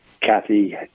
kathy